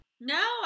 No